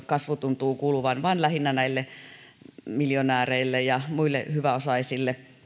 kasvu tuntuu kuuluvan vain lähinnä miljonääreille ja muille hyväosaisille